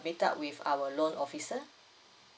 meet up with our loan officer